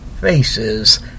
faces